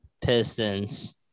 Pistons